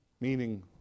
Meaning